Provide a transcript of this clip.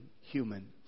human